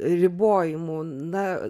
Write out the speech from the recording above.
ribojimų na